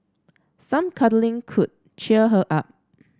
some cuddling could cheer her up